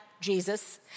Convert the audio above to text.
Jesus